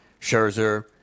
Scherzer